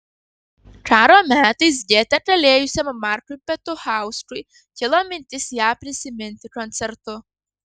karo metais gete kalėjusiam markui petuchauskui kilo mintis ją prisiminti koncertu